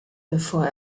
bevor